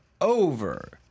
over